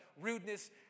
rudeness